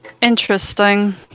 Interesting